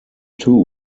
two